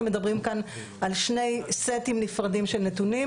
מדברים כאן על שני סטים נפרדים של נתונים.